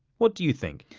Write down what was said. what do you think?